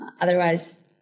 Otherwise